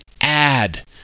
add